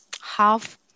Half